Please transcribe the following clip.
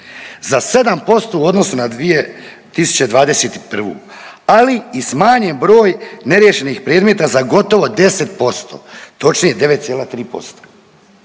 za 7% u odnosu na 2021., ali i smanjen broj neriješenih predmeta za gotovo 10% točnije 9,3%.